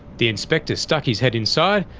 the inspector stuck his head inside,